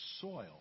soil